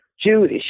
Jewish